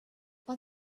but